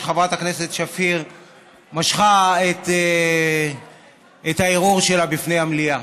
שחברת הכנסת שפיר משכה את הערעור שלה בפני המליאה.